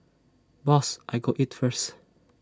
boss I go eat first